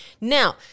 Now